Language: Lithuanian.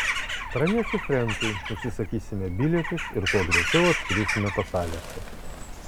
pranešiu frenkui užsisakysime bilietus ir kuo greičiau atskrisime pas aleksą